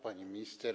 Pani Minister!